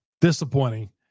Disappointing